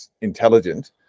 intelligent